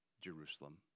Jerusalem